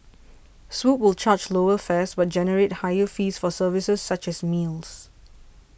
swoop will charge lower fares but generate higher fees for services such as meals